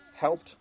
helped